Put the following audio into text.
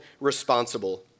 responsible